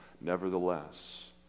nevertheless